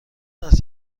است